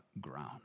ground